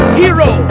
hero